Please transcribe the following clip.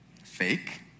Fake